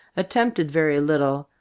attempted very little,